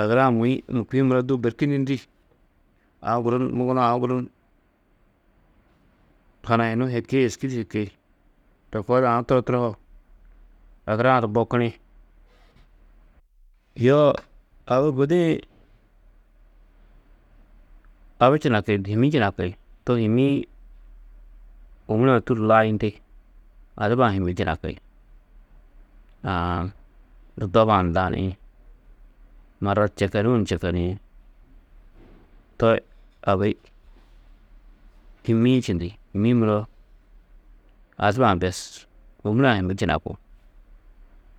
Agura-ã mûi, mûkiĩ muro du bêrkindindi, aũ guru ni muguno, aũ guru ni hanayunú hiki, êski di hiki. To koo di aũ turo, turo ho agura-ã du bokini. Yo agu gudi-ĩ, abi činaki, hîmmi činaki, to hîmmi-ĩ ômure-ã tûrru layindi. Adiba-ã hîmmi činaki, aã doba-ã ni laniĩ, marrat čekenuũ ni čekeniĩ, to abi hîmmi-ĩ čindi. Hîmmi-ĩ muro adiba-ã bes, ômure-ã hîmmi činakú.